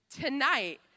tonight